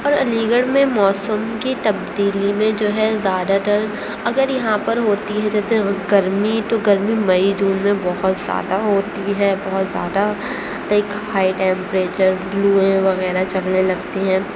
اور علی گڑھ میں موسم کی تبدیلی میں جو ہے زیادہ تر اگر یہاں پر ہوتی ہے جیسے گرمی تو گرمی مئی جون میں بہت زیادہ ہوتی ہے بہت زیادہ ایک ہائی ٹیمپریچر لوئیں وغیرہ چلنے لگتی ہیں